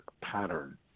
pattern